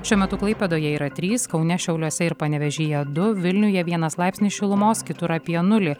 šiuo metu klaipėdoje yra trys kaune šiauliuose ir panevėžyje du vilniuje vienas laipsnis šilumos kitur apie nulį